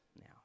now